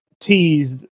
teased